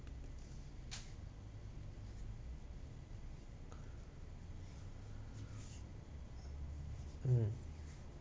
mm